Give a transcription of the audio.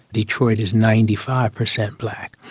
detroit is ninety five percent black.